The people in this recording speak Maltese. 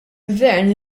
gvern